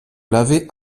l’avais